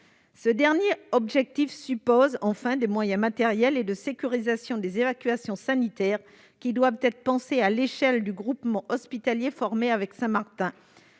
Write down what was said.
Ce dernier objectif suppose des moyens matériels et de sécurisation des évacuations sanitaires qui doivent être pensés à l'échelle du groupement hospitalier formé avec Saint-Martin.